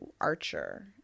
Archer